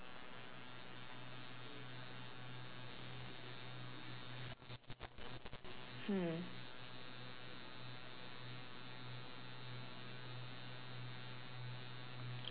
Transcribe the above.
hmm